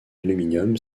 aluminium